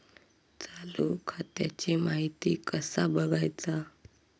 चालू खात्याची माहिती कसा बगायचा?